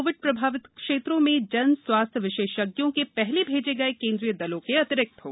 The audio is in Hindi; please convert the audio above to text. ये दल कोविड प्रभावित क्षेत्रों में जन स्वास्थ्य विशेषज्ञों के पहले भेजे गए केंद्रीय दलों के अतिरिक्त होंगे